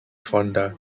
fonda